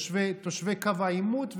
תושבי קו העימות.